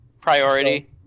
Priority